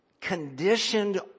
conditioned